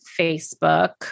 Facebook